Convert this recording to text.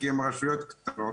כי הן רשויות קטנות,